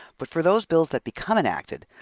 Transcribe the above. but for those bills that become enacted,